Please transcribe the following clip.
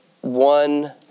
one